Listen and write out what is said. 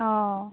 অঁ